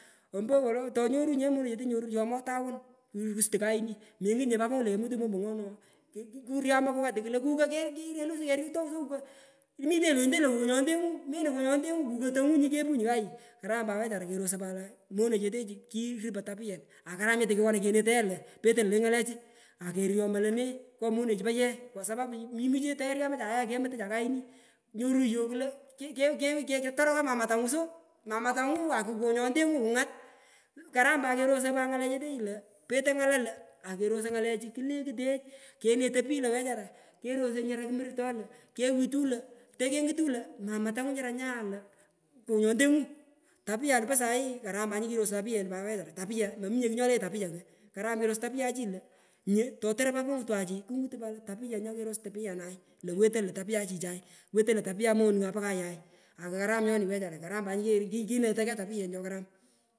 Ompo wolo tonyorunyiye monechete nyoru nyomo taun kiki sutu kayini mengutnye papongu lo kemutunyi mombo ngo kuryama kukat yii kulo kuko ki kirelunyi keruto wunyi so kuko mitenyi lente lo kokonyontengu melo kokonyondengu kukotongu nyikepunyi kayu karam pat wechara kerosoi ye lo petoi lone ngalechi akeryomoi lone ngo monechu poye kwa sapapu kmuchecha teyamachaye kemutacha kayini nyorunyi yok lo k eke ketorokanyi mama tangu so imama tangu akukokonyontengu kungat, karam pat kerosoi pat ngale chetechu lo petoi ngala lo akerosoi ngalechu kulekutech kenetoi pich lo wechara kerosoi nyara kumurtoi lo kewitai lo tokengutunyi lo mamatangu nyura nya nto kokonyontengu tapianu po sahi karam pat nyini kirosoi tapuyen pat wechara tapuyen pat wechara mominye kugh nyole tapuya ko karam kerosoi tapuya chi lo nyu totoroi papongu twachi kungut lo tapia nyakeros tapianaj lo wetoi lo tapia chichay wetoi lo tapia monungai po kayai akukaram nyoni wechara karam pat nyini kinetoi kegh tapia nyokaram.